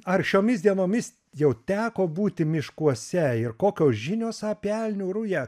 ar šiomis dienomis jau teko būti miškuose ir kokios žinios apie elnių rują